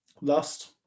lust